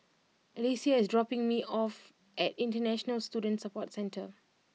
Alesia is dropping me off at International Student Support Centre